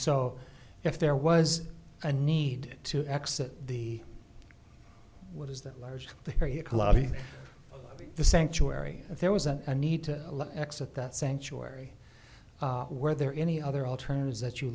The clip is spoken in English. so if there was a need to exit the what is that large area to lobby the sanctuary if there was a need to exit that sanctuary were there any other alternatives that you